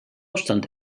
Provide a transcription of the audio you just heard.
obstant